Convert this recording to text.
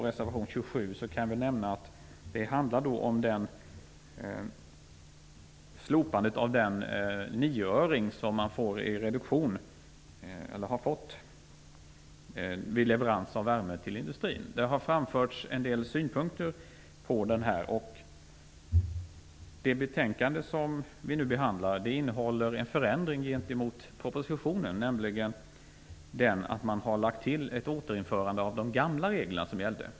Reservation 27 handlar om slopandet av den nioöring som man har fått i reduktion vid leverans av värme till industrin. Det har framförts en del synpunkter kring detta. Det betänkande som vi nu behandlar innehåller en förändring gentemot propositionen. Man har lagt till ett återinförande av de gamla regler som gällde.